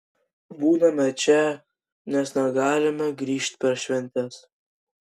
būname čia nes negalime grįžt per šventes